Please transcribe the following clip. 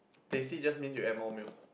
teh C just mean you add more milk